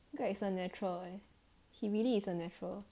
greg is a natural leh he really is a natural